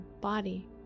body